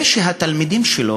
זה שהתלמידים שלו,